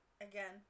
again